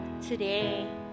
today